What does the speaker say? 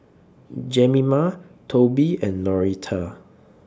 Jemima Toby and Noretta